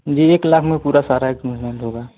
जी एक लाख में पूरा सारा एक पेमेंट होगा